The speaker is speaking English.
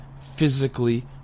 physically